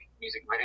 music